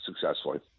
successfully